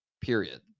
Period